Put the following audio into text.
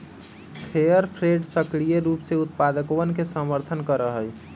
fair trade सक्रिय रूप से उत्पादकवन के समर्थन करा हई